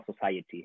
society